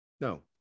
No